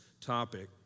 topic